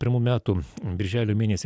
pirmų metų birželio mėnesį